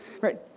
right